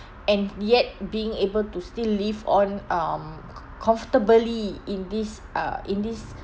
and yet being able to still live on um co~ comfortably in this uh in this